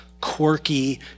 quirky